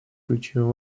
ключевым